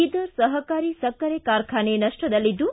ಬೀದರ್ ಸಹಕಾರಿ ಸಕ್ಕರೆ ಕಾರ್ಖಾನೆ ನಷ್ಟದಲ್ಲಿದ್ದು